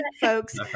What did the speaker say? folks